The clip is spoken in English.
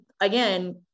again